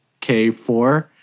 K4